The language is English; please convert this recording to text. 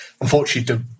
Unfortunately